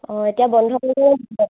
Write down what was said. অঁ এতিয়া বন্ধ